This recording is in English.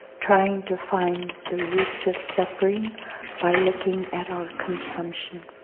trying to find the roots of suffering by looking at our consumption.